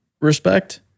respect